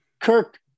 Kirk